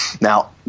Now